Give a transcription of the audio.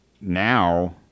now